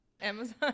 Amazon